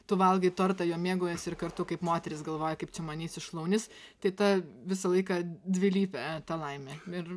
tu valgai tortą juo mėgaujiesi ir kartu kaip moteris galvoji kaip čia man eis į šlaunis tai ta visą laiką dvilypė ta laimė ir